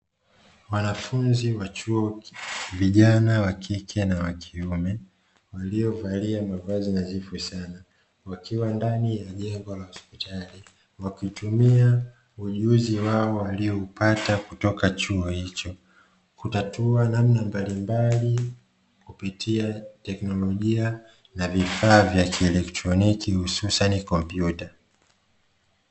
Wanafunzi wa chuo vijana wa kike na wa kiume waliovalia mavazi nadhifu sana, wakiwa ndani ya jengo la hospitali wakitumia ujuzi wao walioupata kutoka chuo hicho kutatua namna mbalimbali kupitia teknolojia na vifaa vya kielektroniki hususan kompyuta.